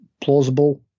plausible